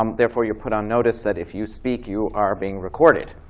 um therefore, you're put on notice that if you speak, you are being recorded.